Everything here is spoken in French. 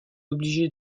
obligée